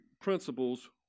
principles